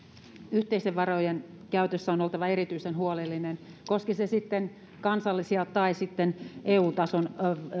yhteisten varojen käytössä on oltava erityisen huolellinen koski se sitten kansallisia tai sitten eu tason